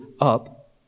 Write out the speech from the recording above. up